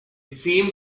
seemed